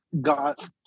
got